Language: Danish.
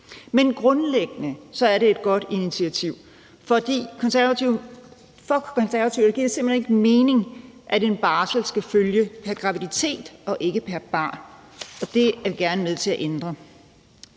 Men grundlæggende er det et godt initiativ. For for Konservative giver det simpelt hen ikke mening, at en barsel skal følge pr. graviditet og ikke pr. barn. Det vi vil gerne være med til at ændre.